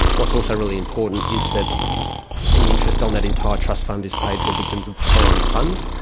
what's also really important is that any interest on that entire trust fund is paid to a victims of crime fund,